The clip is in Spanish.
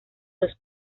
los